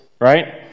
right